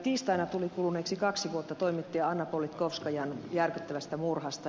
tiistaina tuli kuluneeksi kaksi vuotta toimittaja anna politkovskajan järkyttävästä murhasta